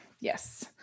Yes